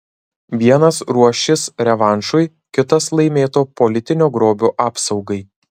vienas ruošis revanšui kitas laimėto politinio grobio apsaugai